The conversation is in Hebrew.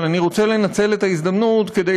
אבל אני רוצה לנצל את ההזדמנות כדי